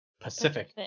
Pacific